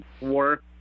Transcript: war